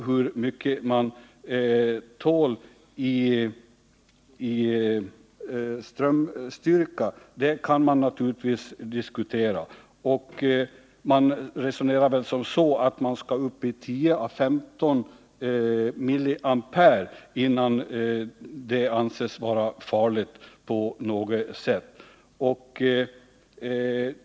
Hur mycket man tål i strömstyrka kan naturligtvis diskuteras. Man resonerar väl som så att man skall upp i 10 å 15 mA, innan det anses vara farligt på något sätt.